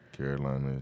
Carolina